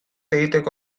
egiteko